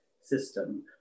system